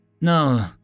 No